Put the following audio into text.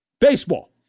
baseball